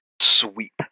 sweep